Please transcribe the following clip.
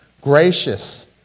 gracious